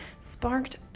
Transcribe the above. sparked